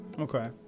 Okay